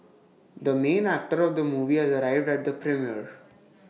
the main actor of the movie has arrived at the premiere